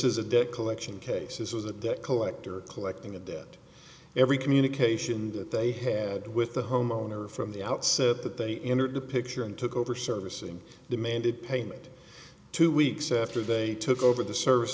is a debt collection cases as a debt collector collecting a debt every communication that they had with the homeowner from the outset that they entered the picture and took over servicing demanded payment two weeks after they took over the servic